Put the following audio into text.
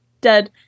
dead